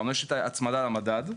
יש את ההצמדה למדד,